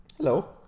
Hello